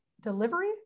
delivery